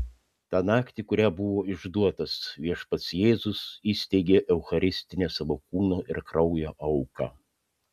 tą naktį kurią buvo išduotas viešpats jėzus įsteigė eucharistinę savo kūno ir kraujo auką